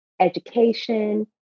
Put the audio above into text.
education